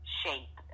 shape